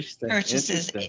purchases